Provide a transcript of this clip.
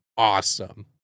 Awesome